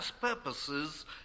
purposes